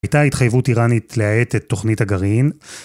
היתה התחייבות איראנית להאט את תוכנית הגרעין